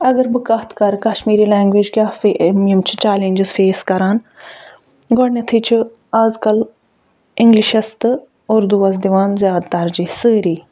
اَگر بہٕ کَتھ کَرٕ کَشمیٖری لَنٛگویج کیٛاہ فی یِم چھِ چَلینجٕس فیس کران گۄڈٕنٮ۪تھٕے چھِ آز کَل اِنگلِشَس تہٕ اُردُوَس دِوان زیادٕ ترجیح سٲری